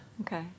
Okay